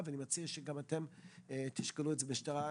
אני יודע שזו לא בדיוק נסיעה קצרה,